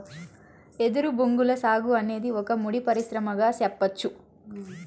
ఎదురు బొంగుల సాగు అనేది ఒక ముడి పరిశ్రమగా సెప్పచ్చు